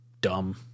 Dumb